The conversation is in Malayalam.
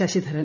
ശശിധരൻ